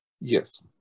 Yes